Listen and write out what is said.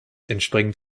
entspringen